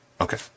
okay